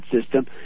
system